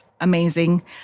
Amazing